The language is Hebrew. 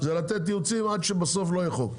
-- המשימה שלו זה לתת ייעוצים עד שבסוף לא יהיה חוק.